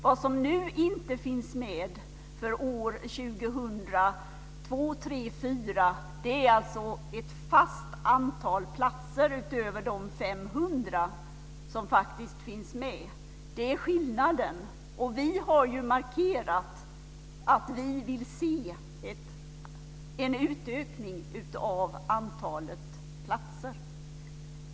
Vad som nu inte finns med för åren 500 som faktiskt finns med. Det är skillnaden. Vi har markerat att vi vill se en utökning av antalet platser.